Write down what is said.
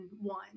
one